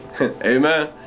Amen